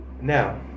now